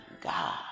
God